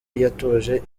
yatoje